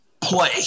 play